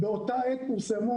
באותה עת פורסמו